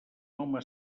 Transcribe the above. home